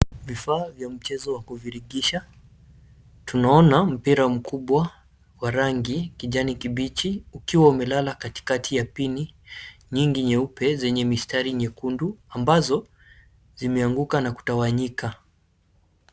Vifaa vya mchezo wa kuvirigisha, tunaona mpira mkubwa wa rangi kijani kibichi ukiwa umelala katikati ya pini nyingi nyeupe zenye mistari nyekundu ambazo zimeanguka na kutawanyika.